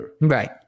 Right